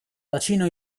bacino